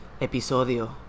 Episodio